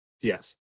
Yes